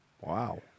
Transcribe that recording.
Wow